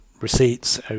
receipts